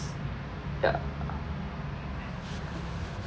ya